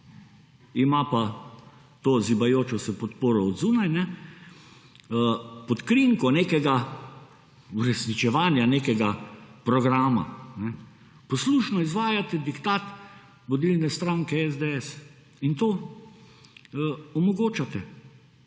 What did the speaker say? ima pa to zibajočo se podporo od zunaj, pod krinko nekega uresničevanja nekega programa. Poslušno izvajati diktat vodilne stranke SDS in to omogočate.